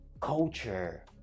culture